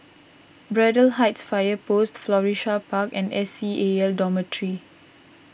Braddell Heights Fire Post Florissa Park and S C A L Dormitory